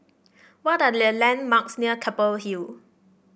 what are the landmarks near Keppel Hill